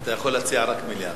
אתה יכול להציע רק מליאה.